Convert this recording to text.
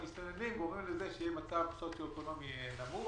המסתננים גורמים לכך שיהיה מצב סוציו-אקונומי נמוך